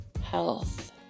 health